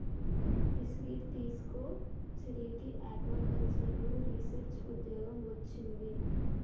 ఈ స్వీట్ తీస్కో, చెల్లికి ఆక్వాకల్చర్లో రీసెర్చ్ ఉద్యోగం వొచ్చింది